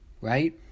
right